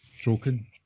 joking